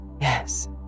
Yes